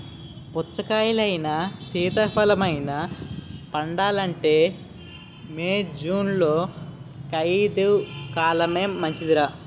పుచ్చకాయలైనా, సీతాఫలమైనా పండాలంటే మే, జూన్లో జైద్ కాలమే మంచిదర్రా